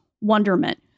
wonderment